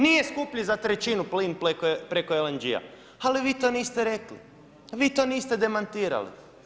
Nije skuplji za trećinu plin preko LNG-a, ali vi to niste rekli, vi to niste demantirali.